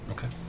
Okay